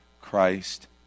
Christ